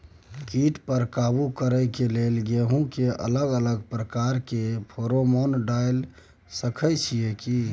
कीट पर काबू करे के लेल गेहूं के अलग अलग प्रकार के फेरोमोन डाल सकेत छी की?